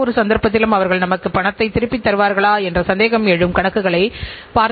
அரசுத்துறை நிறுவனங்கள் மற்றும் சேவை நிறுவனங்களுக்கும் இது பொருந்துமா